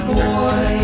boy